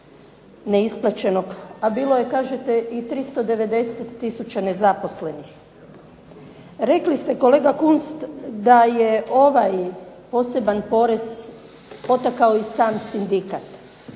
neisplaćenog, a bilo je kažete i 390 tisuća nezaposlenih. Rekli ste kolega Kunst da je ovaj poseban porez potakao i sam sindikat,